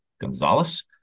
Gonzalez